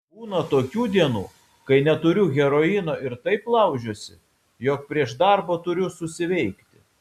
būna tokių dienų kai neturiu heroino ir taip laužiuosi jog prieš darbą turiu susiveikti